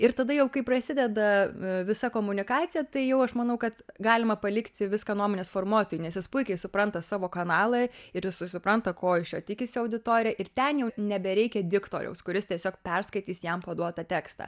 ir tada jau kai prasideda visa komunikacija tai jau aš manau kad galima palikti viską nuomonės formuotojui nes jis puikiai supranta savo kanalą ir jisai supranta ko iš jo tikisi auditorija ir ten jau nebereikia diktoriaus kuris tiesiog perskaitys jam paduotą tekstą